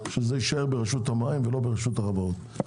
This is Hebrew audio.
שזה יישאר ברשות המים ולא ברשות החברות.